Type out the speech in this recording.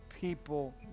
people